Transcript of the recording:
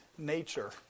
nature